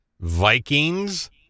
Vikings